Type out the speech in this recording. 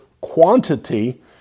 quantity